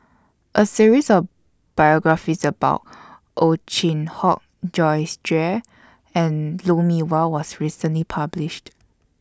A series of biographies about Ow Chin Hock Joyce Jue and Lou Mee Wah was recently published